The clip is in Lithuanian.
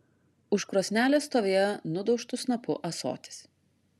už krosnelės stovėjo nudaužtu snapu ąsotis